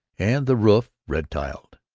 and the roof red-tiled.